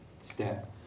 step